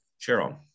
Cheryl